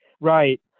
Right